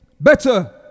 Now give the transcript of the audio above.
better